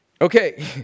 Okay